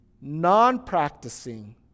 non-practicing